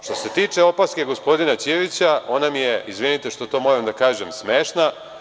Što se tiče opaske gospodina Ćirića, ona mi je, izvinite što to moram da kažem, smešna.